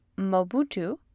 Mobutu